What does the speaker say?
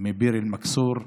מביר אל-מכסור,